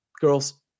girls